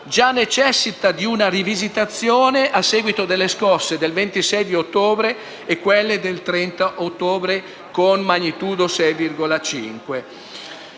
già necessita di una rivisitazione a seguito delle scosse del 26 ottobre e di quelle del 30 ottobre, con magnitudo 6,5.